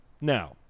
Now